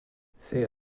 ses